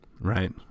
Right